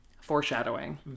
Foreshadowing